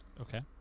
okay